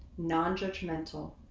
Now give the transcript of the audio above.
nonjudgmental,